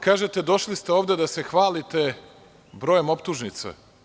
Kažete, došli ste ovde da se hvalite brojem optužnica.